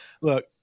look